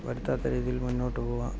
വരുത്താത്ത രീതിയിൽ മുന്നോട്ടു പോകുക